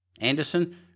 Anderson